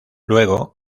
luego